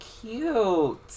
cute